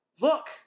look